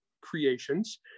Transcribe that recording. creations